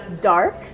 dark